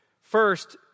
First